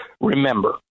remember